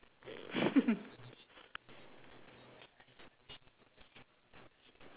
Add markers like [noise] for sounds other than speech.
[laughs]